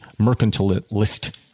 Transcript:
mercantilist